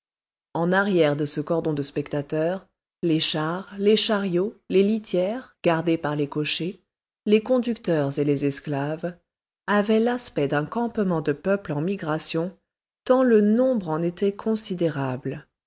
en arrière de ce cordon de spectateurs les chars les chariots les litières gardés par les cochers les conducteurs et les esclaves avaient l'aspect d'un campement de peuple en migration tant le nombre en était considérable